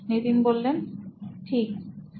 Nitin Kurian C O O নোইন electronics ঠিক